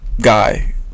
guy